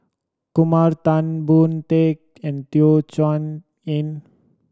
Kumar Tan Boon Teik and Teo Chee Hean